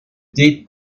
date